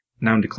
noun